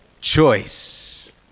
choice